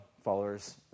followers